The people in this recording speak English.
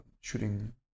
shooting